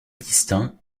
distincts